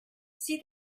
see